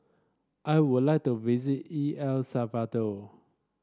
I would like to visit E L Salvador